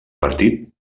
partit